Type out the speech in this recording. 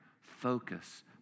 focus